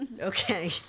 Okay